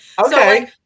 Okay